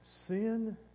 sin